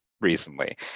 recently